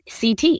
CT